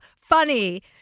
funny